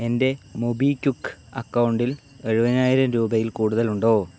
എൻ്റെ മൊബിക്യുക്ക് അക്കൗണ്ടിൽ എഴുപതിനായിരം രൂപയിൽ കൂടുതൽ ഉണ്ടോ